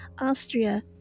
Austria